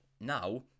now